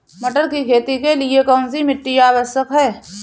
मटर की खेती के लिए कौन सी मिट्टी आवश्यक है?